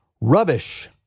Rubbish